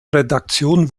redaktion